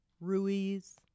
Ruiz